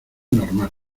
normal